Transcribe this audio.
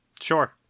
Sure